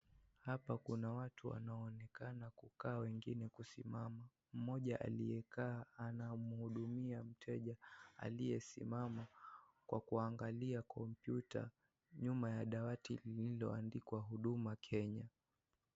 Hapa kuna watu wanaonekana kukaa, wengine kusimama. Mmoja aliyekaa anamhudumia mteja aliyesimama kwa kuangalia kompyuta nyuma ya dawati lililoandikwa huduma Kenya.